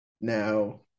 Now